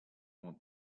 want